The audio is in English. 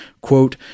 quote